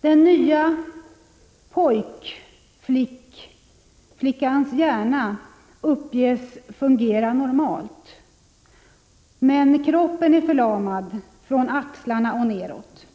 Den nya pojk-flickans hjärna uppges fungera normalt, men kroppen är förlamad från axlarna och neråt.